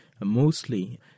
mostly